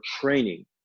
training